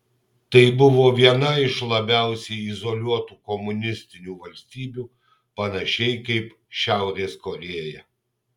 tai buvo viena iš labiausiai izoliuotų komunistinių valstybių panašiai kaip šiaurės korėja